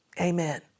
Amen